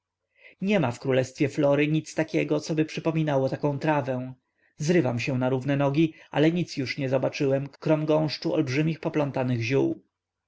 niema w królestwie flory nic takiego coby przypominało taką trawę zrywam się na równe nogi ale nic już nie zobaczyłem krom gąszczu olbrzymich poplątanych ziół